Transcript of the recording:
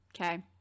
Okay